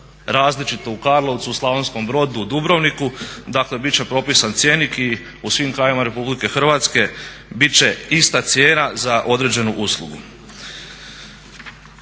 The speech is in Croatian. različito u Karlovcu, u Slavonskom Brodu, u Dubrovniku. Dakle, bit će propisan cjenik i u svim krajevima RH bit će ista cijena za određenu uslugu.